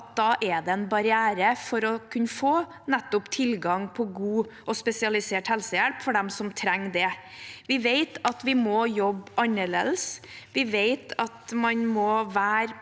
at det er en barriere for nettopp å kunne få tilgang på god og spesialisert helsehjelp for dem som trenger det. Vi vet at vi må jobbe annerledes. Vi vet at man må være